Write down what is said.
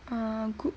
uh group